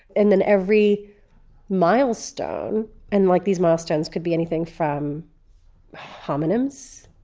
and then every milestone and like these milestones could be anything from homonyms,